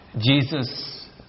Jesus